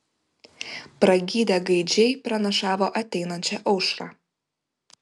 pragydę gaidžiai pranašavo ateinančią aušrą